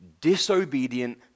disobedient